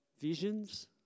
visions